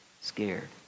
scared